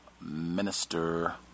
Minister